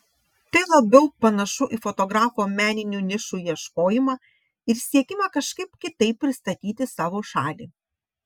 tai labiau panašu į fotografo meninių nišų ieškojimą ir siekimą kažkaip kitaip pristatyti savo šalį